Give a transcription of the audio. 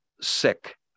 sick